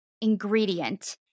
ingredient